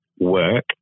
work